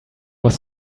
was